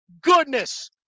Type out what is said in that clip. goodness